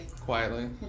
Quietly